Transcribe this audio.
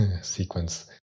sequence